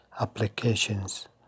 applications